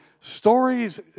stories